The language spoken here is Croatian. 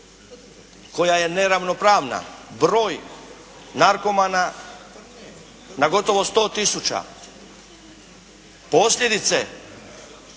koja je neravnopravna. Broj narkomana na gotovo 100 tisuća, posljedice